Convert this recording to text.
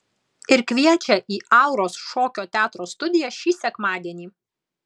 ir kviečia į auros šokio teatro studiją šį sekmadienį